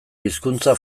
hizkuntza